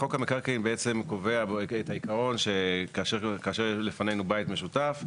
חוק המקרקעין בעצם קובע את העקרון שכאשר לפנינו בית משותף,